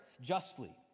justly